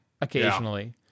occasionally